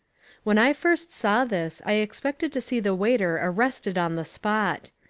when i first saw this i expected to see the waiter arrested on the spot.